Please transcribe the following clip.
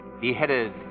beheaded